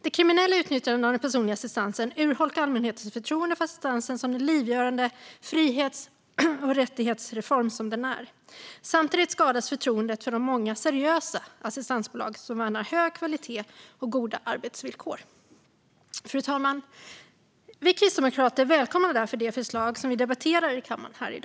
Det kriminella utnyttjandet av den personliga assistansen urholkar allmänhetens förtroende för assistansen som den livsavgörande frihets och rättighetsreform som den är. Samtidigt skadas förtroendet för de många seriösa assistansbolag som värnar om hög kvalitet och goda arbetsvillkor. Fru talman! Vi kristdemokrater välkomnar därför det förslag som vi debatterar i kammaren i dag.